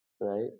right